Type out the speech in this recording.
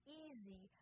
easy